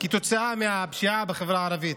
כתוצאה מהפשיעה בחברה הערבית,